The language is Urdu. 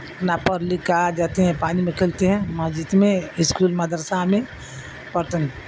نا پڑھ لکھ کے آ جاتے ہیں پانی میں کھیلتے ہیں مسجد میں اسکول مدرسہ میں پڑھتے ہیں